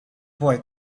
boy